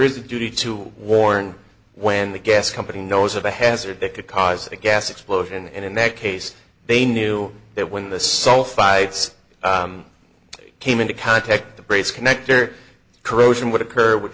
is a duty to warn when the gas company knows of a hazard that could cause a gas explosion and in that case they knew that when the sulfides came into contact the brace connector corrosion would occur w